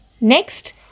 Next